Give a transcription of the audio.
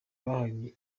bahawe